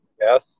Yes